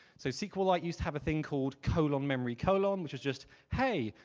so sqlite used to have a thing called colon memory colon, which is just, hey,